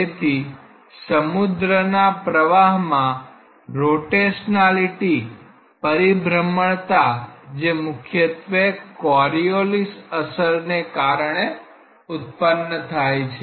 તેથી સમુદ્રના પ્રવાહમાં રોટેશનાલિટી પરિભ્રમણતા જે મુખ્યત્વે કોરીઓલિસ અસરને કારણે ઉત્પન્ન થાય છે